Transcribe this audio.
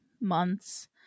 months